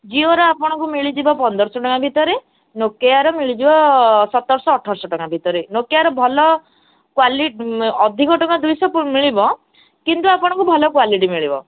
ଜିଓରେ ଆପଣଙ୍କୁ ମିଳିଯିବ ପନ୍ଦରଶହ ଟଙ୍କା ଭିତରେ ନୋକିଆର ମିଳିଯିବ ସତରଶହ ଅଠରଶହ ଟଙ୍କା ଭିତରେ ନୋକିଆର ଭଲ କ୍ଵାଲିଟି ଅଧିକ ଟଙ୍କା ଦୁଇଶହ ମିଳିବ କିନ୍ତୁ ଆପଣଙ୍କୁ ଭଲ କ୍ଵାଲିଟି ମିଳିବ